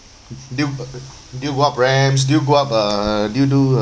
do y~ do you go up ramps do you go up uh do you do